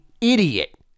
idiot